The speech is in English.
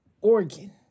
organ